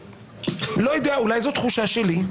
לא יודע, אולי זו תחושה שלי.